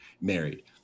married